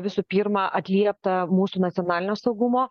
visų pirma atliepta mūsų nacionalinio saugumo